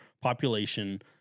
population